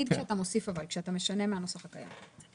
כשאתה מוסיף או כשאתה משנה מהנוסח הקיים.